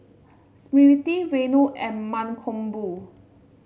Smriti Renu and Mankombu